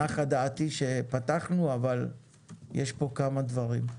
נחה דעתי שפתחנו, אבל יש פה כמה דברים.